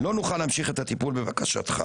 "לא נוכל להמשיך את הטיפול בבקשך.